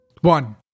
One